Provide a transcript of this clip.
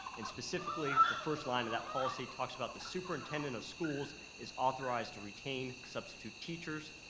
and specifically, the first line of that policy talks about the superintendent of schools is authorized to retain substitute teachers,